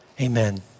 Amen